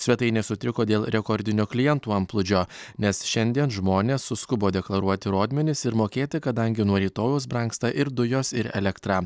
svetainės sutriko dėl rekordinio klientų antplūdžio nes šiandien žmonės suskubo deklaruoti rodmenis ir mokėti kadangi nuo rytojaus brangsta ir dujos ir elektra